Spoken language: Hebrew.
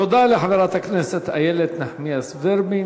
תודה לחברת הכנסת איילת נחמיאס ורבין.